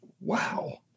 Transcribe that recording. Wow